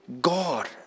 God